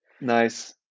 Nice